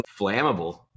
flammable